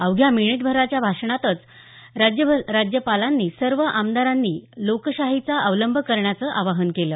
अवघ्या मिनिटभराच्या भाषणात राज्यपालांनी सर्व आमदारांनी लोकशाहीचा अवलंब करण्याचं आवाहन केलं